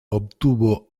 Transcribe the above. obtuvo